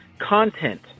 Content